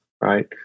right